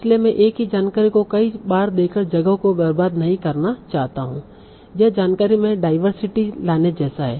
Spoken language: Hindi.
इसलिए मैं एक ही जानकारी को कई बार देकर जगह को बर्बाद नहीं करना चाहता हूं यह जानकारी में डाइवर्सिटी लाने जैसा है